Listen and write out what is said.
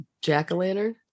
jack-o'-lantern